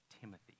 Timothy